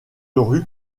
rue